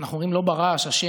אנחנו אומרים: "לא ברעש ה'